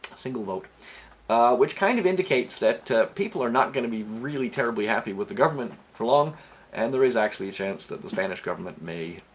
single vote which kind of indicates that people are not going to be really terribly happy with the government for long and there is actually a chance that the spanish government may